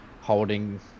holding